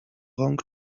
rąk